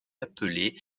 appelé